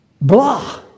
Blah